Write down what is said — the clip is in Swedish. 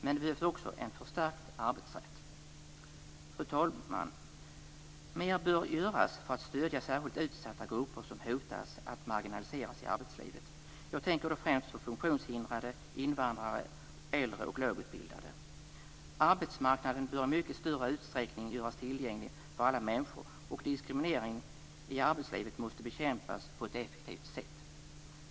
Men det behövs också en förstärkt arbetsrätt. Fru talman! Mer bör göras för att stödja särskilt utsatta grupper som hotas att marginaliseras i arbetslivet. Jag tänker då främst på funktionshindrade, invandrare, äldre och lågutbildade. Arbetsmarknaden bör i mycket större utsträckning göras tillgänglig för alla människor, och diskriminering i arbetslivet måste bekämpas på ett effektivt sätt.